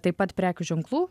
taip pat prekių ženklų